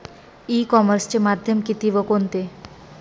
E कॉमर्सचे माध्यम किती व कोणते?